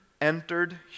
entered